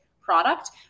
product